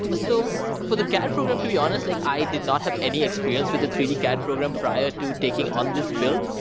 so for the cad program, to be honest, like i did not have any experience with the three d cad program prior to taking on this build.